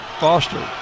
Foster